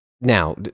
now